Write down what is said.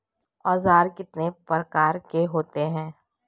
औज़ार कितने प्रकार के होते हैं?